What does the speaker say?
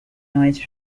noise